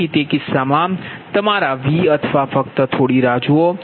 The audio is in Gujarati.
તેથી તે કિસ્સામાં તમારા V અથવા ફક્ત થોડી રાહ જુઓ